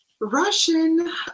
Russian